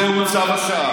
אני מאמין שזה צו השעה.